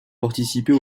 participer